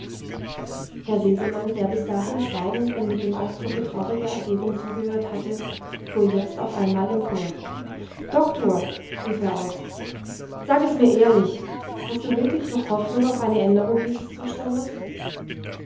herr sesemann der bis dahin schweigend und mit dem ausdrucke trauriger ergebung zugehört hatte fuhr jetzt auf einmal empor doktor rief er aus sag es mir ehrlich hast du wirklich noch hoffnung auf eine änderung dieses zustandes